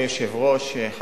והשירותים